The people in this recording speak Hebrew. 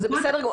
זה בסדר גמור.